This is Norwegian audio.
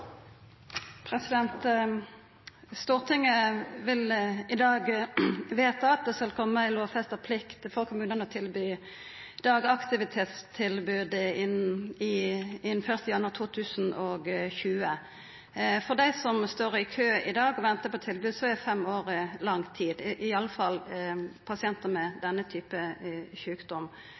Stortinget vil i dag vedta at det skal koma ei lovfesta plikt for kommunane til å tilby dagaktivitetstilbod innan 1. januar 2020. For dei som står i kø i dag og ventar på tilbod, er fem år lang tid, iallfall for pasientar med denne typen sjukdom.